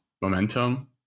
momentum